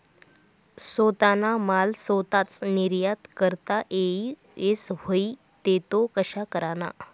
सोताना माल सोताच निर्यात करता येस व्हई ते तो कशा कराना?